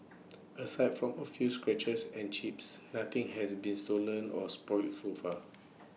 aside from A few scratches and chips nothing has been stolen or spoilt so far